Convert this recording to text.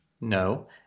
no